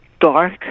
dark